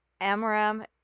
Amram